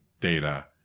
data